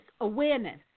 awareness